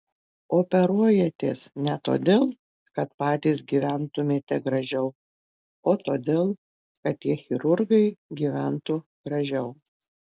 operuojatės ne todėl kad patys gyventumėte gražiau o todėl kad tie chirurgai gyventų gražiau